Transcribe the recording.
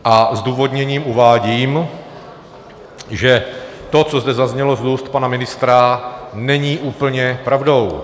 Jako zdůvodnění uvádím, že to, co zde zaznělo z ústa pana ministra, není úplně pravdou.